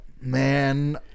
man